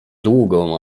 długo